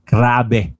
Grabe